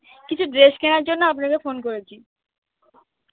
কিছু ড্রেস কেনার জন্য আপনাকে ফোন করেচি